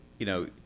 you know,